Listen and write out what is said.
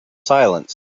silence